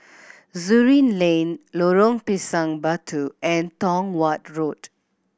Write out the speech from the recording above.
Surin Lane Lorong Pisang Batu and Tong Watt Road